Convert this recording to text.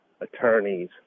attorneys